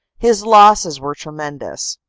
his losses were tremendous.